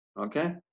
Okay